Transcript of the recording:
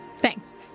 Thanks